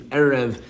erev